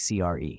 CRE